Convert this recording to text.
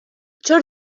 چرا